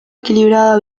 equilibrada